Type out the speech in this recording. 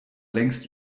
längst